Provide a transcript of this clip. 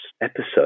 episode